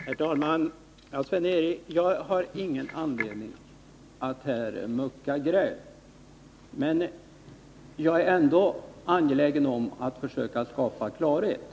Herr talman! Jag har ingen anledning att mucka gräl, Sven-Erik Nordin. Besparingar i Men jag är angelägen om att försöka skapa klarhet.